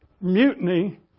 mutiny